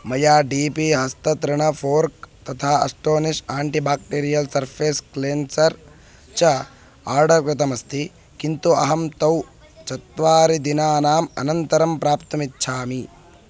मया D P हस्ततृणं fork तथा अस्टोनिश् आण्टिबाक्टेरियल् सर्फ़ेस् क्लेन्सर् च आर्डर् कृतमस्ति किन्तु अहं तानि चत्वारि दिनानाम् अनन्तरं प्राप्तुमिच्छामि